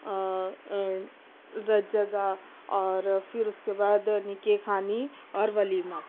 رت جگا اور پھر اُس کے بعد نکاح خوانی اور ولیمہ